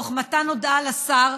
תוך מתן הודעה לשר,